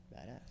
badass